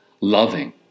loving